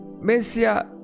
Messiah